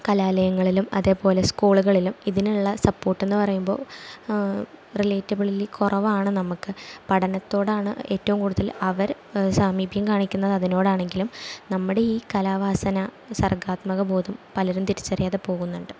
കലാലയങ്ങളിലും അതേപോലെ സ്കൂളുകളിലും ഇതിനുള്ള സപ്പോർട്ടെന്നു പറയുമ്പോൾ റിലേറ്റബിളിലി കുറവാണ് നമുക്ക് പഠനത്തോടാണ് ഏറ്റവും കൂടുതൽ അവർ സാമീപ്യം കാണിക്കുന്നത് അതിനോടാണെങ്കിലും നമ്മുടെ ഈ കലാവാസന സർഗ്ഗാത്മകത ബോധം പലരും തിരിച്ചറിയാതെ പോകുന്നുണ്ട്